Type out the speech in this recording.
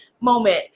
moment